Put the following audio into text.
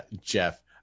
Jeff